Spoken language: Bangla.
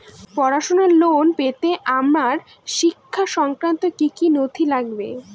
পড়াশুনোর লোন পেতে আমার শিক্ষা সংক্রান্ত কি কি নথি লাগবে?